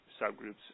subgroups